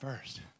first